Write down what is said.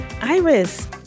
Iris